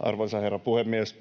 Arvoisa herra puhemies!